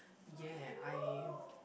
ya I